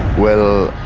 well.